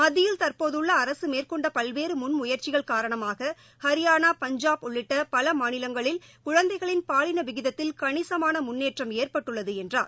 மத்தியில் தற்போதுள்ள அரசு மேற்கொண்ட பல்வேறு முன் முயற்சிகள் காரணமாக ஹரியானா பஞ்சாப் உள்ளிட்ட பல மாநிலங்களில் குழந்தைகளின் பாலின விகிதத்தில் கணிசமான முன்னேற்றம் ஏற்பட்டுள்ளது என்றார்